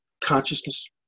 consciousness